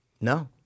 no